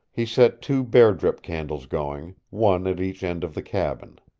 he set two bear-drip candles going, one at each end of the cabin.